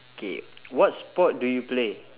K what sport do you play